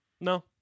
No